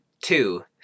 two